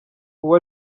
uwo